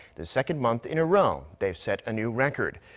the second month in a row they've set a new record.